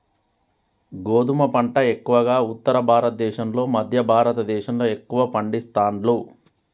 గోధుమ పంట ఎక్కువగా ఉత్తర భారత దేశం లో మధ్య భారత దేశం లో ఎక్కువ పండిస్తాండ్లు